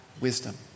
wisdom